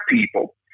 people